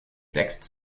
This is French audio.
textes